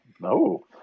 No